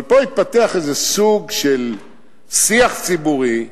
אבל פה התפתח איזה סוג של שיח ציבורי,